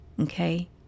Okay